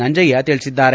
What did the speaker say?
ನಂಜಯ್ಯ ತಿಳಿಸಿದ್ದಾರೆ